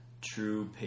True